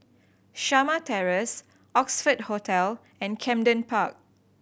Shamah Terrace Oxford Hotel and Camden Park